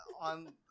on